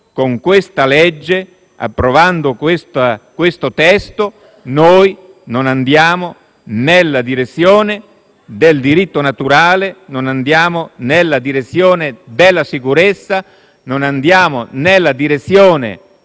la legge in questo testo noi non andiamo nella direzione del diritto naturale, non andiamo nella direzione della sicurezza, non andiamo nella direzione